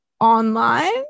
online